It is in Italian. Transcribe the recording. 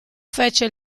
fece